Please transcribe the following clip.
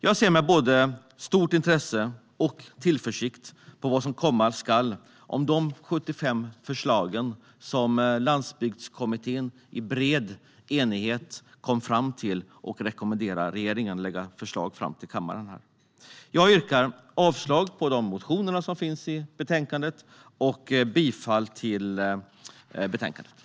Jag ser med stort intresse och tillförsikt på vad som komma skall av de 75 förslag som Landsbygdskommittén med bred enighet kommit fram till och rekommenderat regeringen att lägga fram för kammaren. Jag yrkar avslag på de motioner som finns i betänkandet och bifall till utskottets förslag.